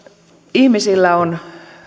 ihmisillä